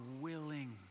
willing